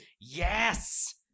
Yes